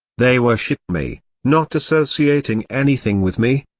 they worship me, not associating anything with me.